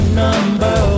number